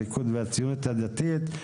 הליכוד והציונות הדתית.